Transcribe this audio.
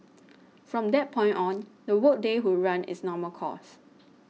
from that point on the work day would run its normal course